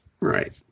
Right